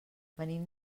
venim